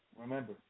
remember